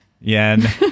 Yen